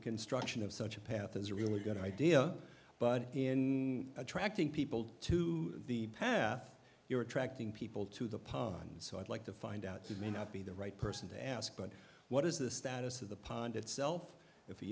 construction of such a path is a really good idea but in attracting people to the path you're attracting people to the pub and so i'd like to find out today not be the right person to ask but what is the status of the pond itself if the